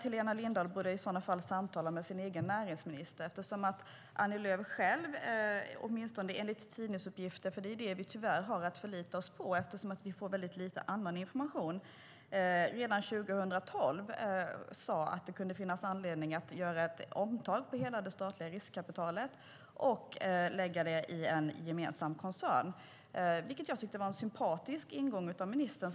Helena Lindahl borde i så fall tala med sin egen näringsminister, eftersom Annie Lööf själv - åtminstone enligt tidningsuppgifter, som tyvärr är det vi har att förlita oss på eftersom vi får väldigt lite annan information - redan 2012 sade att det kunde finnas anledning att göra ett omtag på hela det statliga riskkapitalet och lägga det i en gemensam koncern. Det tycker jag var en sympatisk ingång av ministern.